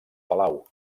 palau